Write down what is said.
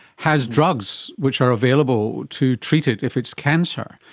has drugs which are available to treat it if it's cancer.